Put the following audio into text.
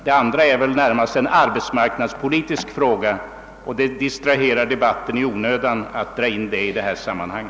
Det andra är väl närmast en arbetsmarknadspolitisk fråga, och vi distraherar debatten i onödan genom att dra in den i detta sammanhang.